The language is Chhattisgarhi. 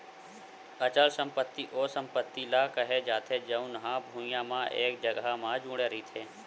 अचल संपत्ति ओ संपत्ति ल केहे जाथे जउन हा भुइँया म एक जघा म जुड़े रहिथे